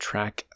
Track